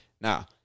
Now